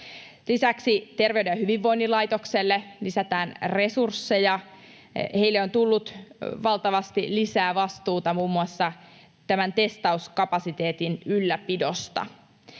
Lisäksi Terveyden ja hyvinvoinnin laitokselle lisätään resursseja. Heille on tullut valtavasti lisää vastuuta muun muassa tämän testauskapasiteetin ylläpidosta.